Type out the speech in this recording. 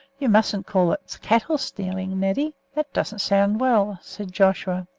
you mustn't call it cattle stealing, neddy that doesn't sound well, said joshua.